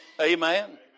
Amen